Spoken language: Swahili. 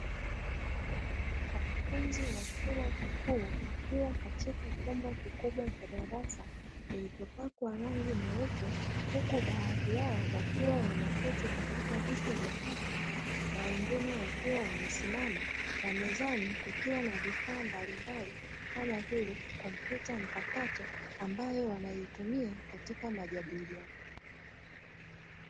Wanafunzi wa chuo kikuu wakiwa katika chumba kikubwa cha darasa kilichopakwa rangi nyeupe huku baadhi yao wakiwa wameketi katika viti vya papo, na wengine wakiwa wamesimamaa na mezeni kukiwa na vifaa mbalimbali kama vile kompyuta mpakato ambayo wanaitumia katika majadiliano yao.